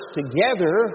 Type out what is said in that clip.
together